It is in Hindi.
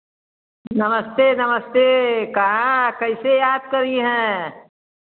नमस्ते नमस्ते कहाँ कैसे याद करी हैं